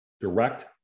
direct